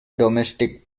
domestic